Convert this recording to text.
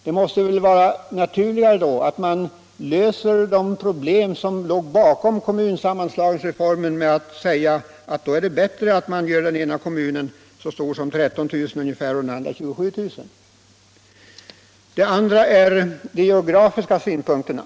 Det måste vara naturligare att lösa de problemen som låg som motiv för kommunsammanslagningsreformen genom att låta den ena kommunen få storleken ungefär 13 000 invånare och den andra ca 27 000. 2. De geografiska synpunkterna.